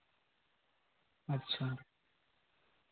ᱟᱪᱪᱷᱟ